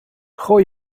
gooi